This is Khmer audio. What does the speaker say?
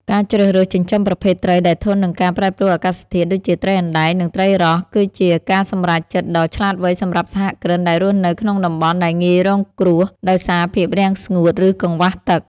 ការជ្រើសរើសចិញ្ចឹមប្រភេទត្រីដែលធន់នឹងការប្រែប្រួលអាកាសធាតុ ដូចជាត្រីអណ្ដែង និងត្រីរ៉ស់ គឺជាការសម្រេចចិត្តដ៏ឆ្លាតវៃសម្រាប់សហគ្រិនដែលរស់នៅក្នុងតំបន់ដែលងាយរងគ្រោះដោយសារភាពរាំងស្ងួត ឬកង្វះទឹក។